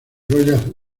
royal